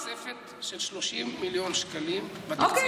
תוספת של 30 מיליון שקלים בתקציב הקרוב,